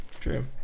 True